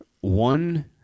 one